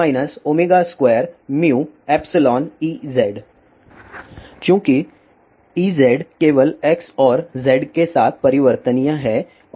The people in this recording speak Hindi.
चूँकि Ez केवल x और z के साथ परिवर्तनीय है और यह y के साथ स्थिर है